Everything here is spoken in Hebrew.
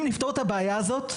אם נפתור את הבעיה הזאת,